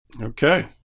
okay